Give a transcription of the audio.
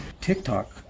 TikTok